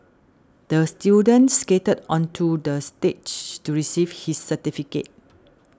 the student skated onto the stage to receive his certificate